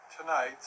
tonight